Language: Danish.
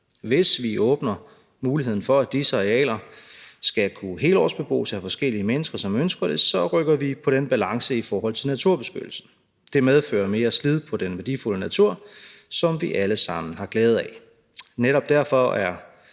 Hvis vi åbner muligheden for, at disse arealer skal kunne helårsbebos af forskellige mennesker, som ønsker det, så rykker vi på den balance i forhold til naturbeskyttelse. Det medfører mere slid på den værdifulde natur, som vi alle sammen har glæde af. Netop derfor er